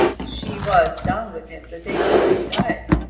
she was down with him the day before he died,